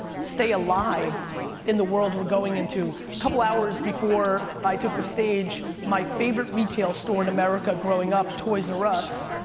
stay alive in the world we're going into. couple of hours before i took the stage, my favorite retail store in america growing up, toys r us,